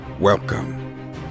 Welcome